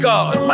God